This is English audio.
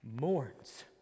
mourns